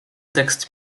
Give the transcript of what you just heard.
tekst